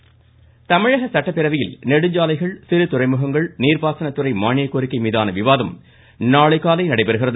சட்டப்பேரவை தமிழக சட்டப்பேரவையில் நெடுஞ்சாலைகள் சிறு துறைமுகங்கள் நீர்ப்பாசன துறை மானியக் கோரிக்கை மீதான விவாதம் நாளை காலை நடைபெறுகிறது